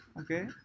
Okay